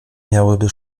miałyby